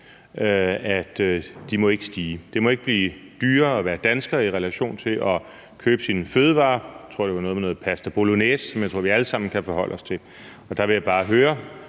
at de ikke må stige. Det må ikke blive dyrere at være dansker i relation til at købe sine fødevarer; jeg tror, det var noget med noget pasta bolognese, som jeg tror vi alle sammen kan forholde os til. Der vil jeg bare i